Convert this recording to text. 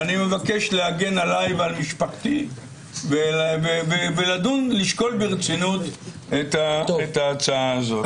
אני מבקש להגן עליי ועל משפחתי ולשקול ברצינות את ההצעה הזו.